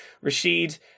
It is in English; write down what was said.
Rashid